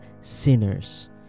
sinners